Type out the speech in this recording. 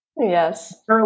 Yes